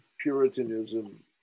Puritanism